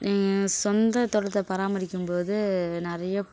நீங்கள் சொந்த தோட்டத்தை பராமரிக்கும் போது நிறைய